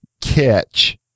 catch